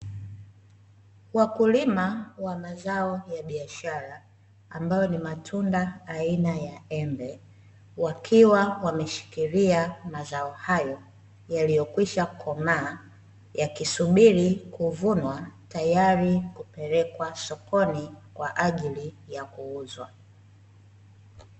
Wakulima wa mazao ya biashara, ambayo ni matunda aina ya embe, wakiwa wameshikilia mazao hayo yaliyokwisha komaa, yakisubiri kuvunwa tayari kupelekwa sokoni kwa ajili ya kuuzwa.